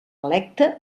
electe